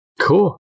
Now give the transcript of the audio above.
Cool